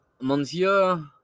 Monsieur